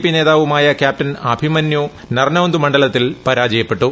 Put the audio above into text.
P നേതാവുമായ captain Abhimanyu Narnaund മണ്ഡലത്തിൽ പരാജയപ്പെട്ടു